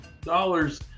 dollars